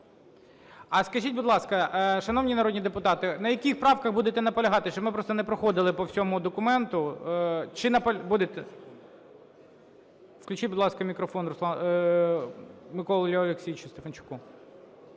А, скажіть, будь ласка, шановні народні депутати, на яких правках будете наполягати, щоб ми не проходили по всьому документу? Чи будете? Включіть, будь ласка, мікрофон Миколі Олексійовичу Стефанчуку.